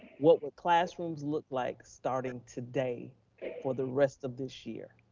what would classrooms look like starting today for the rest of this year?